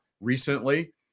recently